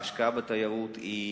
ההשקעה בתיירות היא